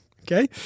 Okay